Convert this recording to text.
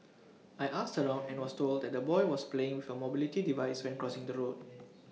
I asked around and was told that the boy was playing from mobility device when crossing the road